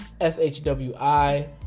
S-H-W-I